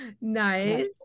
Nice